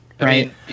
right